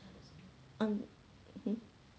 talk about something